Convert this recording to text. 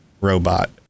robot